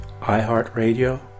iHeartRadio